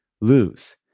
lose